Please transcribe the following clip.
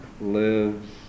lives